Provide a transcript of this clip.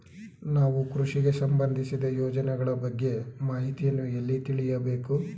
ನಾವು ಕೃಷಿಗೆ ಸಂಬಂದಿಸಿದ ಯೋಜನೆಗಳ ಬಗ್ಗೆ ಮಾಹಿತಿಯನ್ನು ಎಲ್ಲಿ ತಿಳಿಯಬೇಕು?